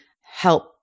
help